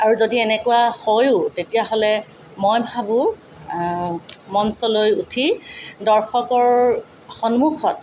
আৰু যদি এনেকুৱা হয়ো তেতিয়াহ'লে মই ভাৱো মঞ্চলৈ উঠি দৰ্শকৰ সন্মুখত